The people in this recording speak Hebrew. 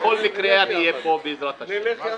בכל מקרה אני אהיה פה, בעזרת השם.